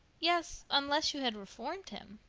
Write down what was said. yes unless you had reformed him.